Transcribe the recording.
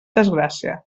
desgràcia